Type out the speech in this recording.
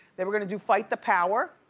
they were gonna do fight the power.